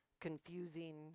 confusing